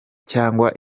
cyangwa